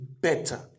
better